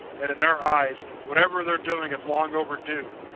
and in their eyes, whatever they're doing is long overdue,